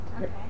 okay